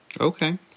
Okay